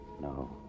No